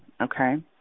okay